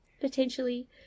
potentially